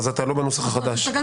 הנוסח.